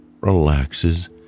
relaxes